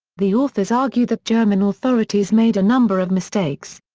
the authors argue that german authorities made a number of mistakes.